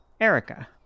erica